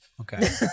Okay